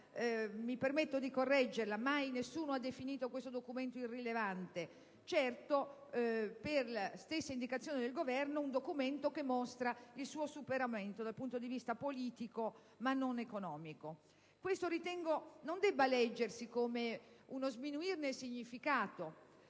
mi permetto di correggerla: mai nessuno ha definito questo documento irrilevante. Certo, per stessa indicazione del Governo, è un documento che mostra il suo superamento dal punto di vista politico, ma non economico. Questo ritengo non debba leggersi come un volerne sminuire il significato